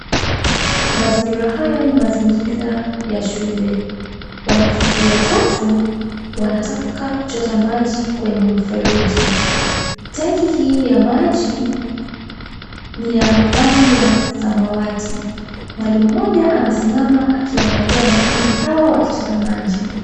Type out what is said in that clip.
Mazingira haya ni mazingira ya shule, wanafunzi watatu wanataka kuchota maji kwenye mfereji ,tenki hii ya maji ni ya rangi ya samawati , mwalimu mmoja amesimama akiwaangalia wanafunzi hawa wakichota maji .